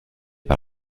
par